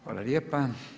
Hvala lijepa.